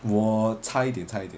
我差一点差一点